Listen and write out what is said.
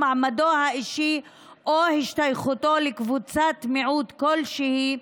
מעמדו האישי או השתייכותו לקבוצת מיעוט כלשהי,